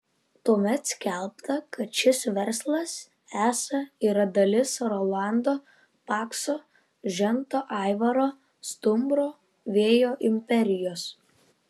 tuomet skelbta kad šis verslas esą yra dalis rolando pakso žento aivaro stumbro vėjo imperijos